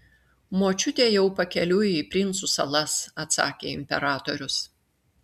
močiutė jau pakeliui į princų salas atsakė imperatorius